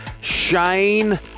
Shane